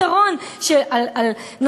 פתרון כלשהו,